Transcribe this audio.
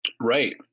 Right